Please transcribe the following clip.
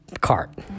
cart